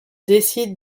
décide